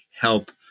help